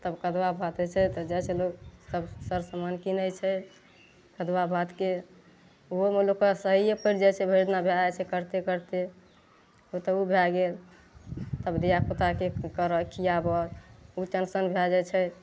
तब कदुआ भात होइ छै तऽ जाइ कए लोग तब सब सामान कीनय छै कदुआ भातके ओहोमे लोकके सहैये पड़ि जाइ छै भरि दिना जे हइ से करते करते ओ तऽ उ भए गेल अब धिया पुताके सुतरऽ खियाबऽ उ टेन्शन भए जाइ छै